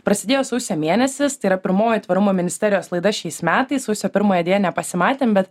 prasidėjo sausio mėnesis tai yra pirmoji tvarumo ministerijos laida šiais metais sausio pirmąją deja nepasimatėm bet